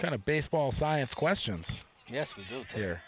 kind of baseball science questions yes we do here